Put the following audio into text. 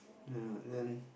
ya then